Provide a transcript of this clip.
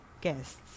guests